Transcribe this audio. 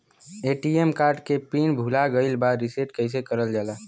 ATM card के PIN भूला गइल बा रीसेट कईसे करल जाला?